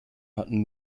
hatten